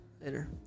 later